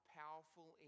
powerful